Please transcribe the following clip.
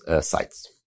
sites